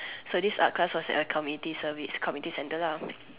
so this art class was at a community service community center lah something